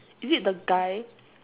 is it the guy